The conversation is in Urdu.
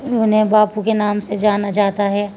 انہیں باپو کے نام سے جانا جاتا ہے